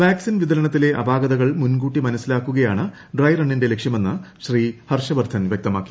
vaccine വിതരണത്തിലെ അപാകതകൾ മുൻകൂട്ടി മനസ്സിലാക്കുകയാണ് ഡ്രൈ റണ്ണിന്റെ ലക്ഷ്യമെന്ന് ശ്രീ ഹർഷവർധൻ വ്യക്തമാക്കി